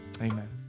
amen